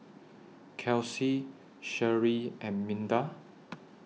Kelcie Sharee and Minda